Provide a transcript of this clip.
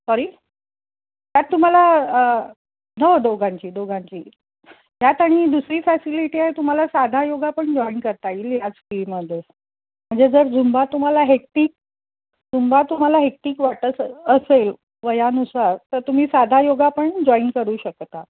sorry त्यात तुम्हाला हो दोघांची दोघांची यात आणि दुसरी फॅसिलिटी आहे तुम्हाला साधा योगा पण जॉईन करता येईल याच फीमध्ये म्हणजे जर झुंबा तुम्हाला हेक्टिक जुंबा तुम्हाला हेक्टिक वाटत असेल वयानुसार तर तुम्ही साधा योगा पण जॉईन करू शकता